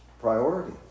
priority